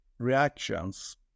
reactions